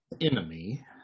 enemy